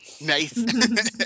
Nice